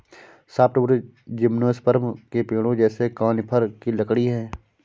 softwood gymnosperm के पेड़ों जैसे कॉनिफ़र की लकड़ी है